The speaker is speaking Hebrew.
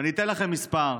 ואני אתן לכם מספר: